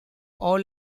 all